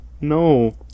No